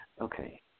Okay